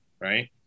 right